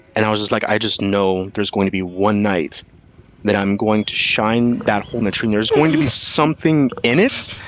and i was just like, i just know there's going to be one night that i'm going to shine that hole in the tree and there's going to be something in it,